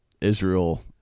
Israel—